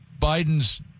biden's